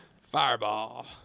Fireball